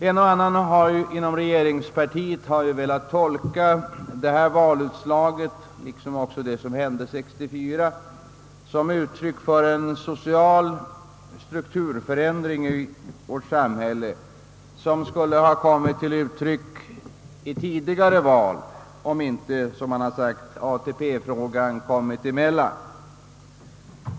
En och annan inom regeringspartiet har velat tolka detta valutslag liksom även det som hände år 1964 såsom uttryck för en social strukturförändring i vårt samhälle, vilken skulle ha kommit till uttryck i tidigare val, om inte ATP-frågan hade »kommit emellan».